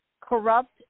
corrupt